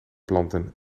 planten